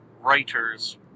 writers